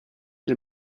del